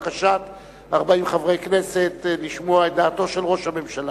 בקשת 40 חברי כנסת לשמוע את דעתו של ראש הממשלה.